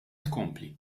tkompli